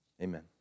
Amen